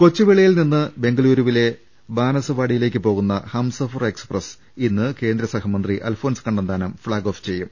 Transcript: കൊച്ചുവേളിയിൽ നിന്ന് ബെങ്കലൂരുവിലെ ബാനസവാടിയിലേക്ക് പോകുന്ന ഹംസഫർ എക്സ്പ്രസർ ഇന്ന് കേന്ദ്ര സഹമന്ത്രി അൽഫോൻസ് കണ്ണന്താനം ഫ്ളാഗ് ഓഫ് ചെയ്യും